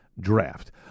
draft